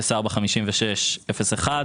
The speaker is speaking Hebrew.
045601